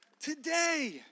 today